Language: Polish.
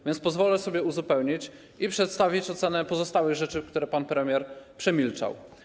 A więc pozwolę sobie uzupełnić i przedstawić ocenę pozostałych rzeczy, które pan premier przemilczał.